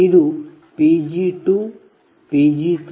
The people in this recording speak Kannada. ಇದು Pg2Pg3Pgm